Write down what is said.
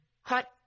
hot